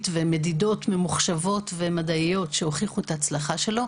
ומדידות ממוחשבות ומדעיות שהוכיחו את ההצלחה שלו,